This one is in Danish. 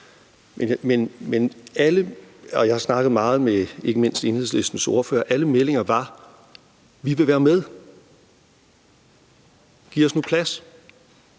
meldinger, og jeg har snakket meget med ikke mindst Enhedslistens ordfører, var: Vi vil være med; giv os nu plads;